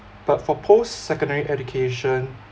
but for post-secondary education